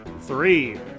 Three